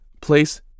Place